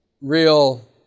real